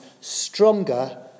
stronger